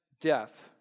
death